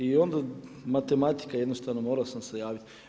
I onda matematika jednostavno morao sam se javiti.